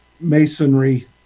masonry